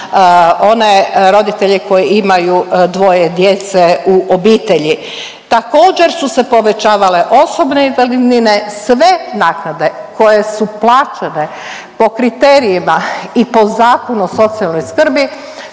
one roditelje koji imaju dvoje djece u obitelji. Također su se povećavale osobne invalidnine. Sve naknade koje su plaćene po kriterijima i po Zakonu o socijalnoj skrbi